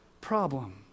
problem